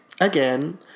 Again